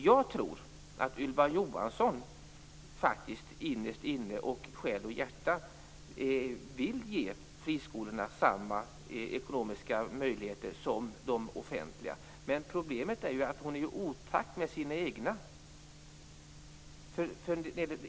Jag tror att Ylva Johansson innerst inne och i själ och hjärta vill ge friskolorna samma ekonomiska möjligheter som de offentliga skolorna, men problemet är att hon är i otakt med sina egna.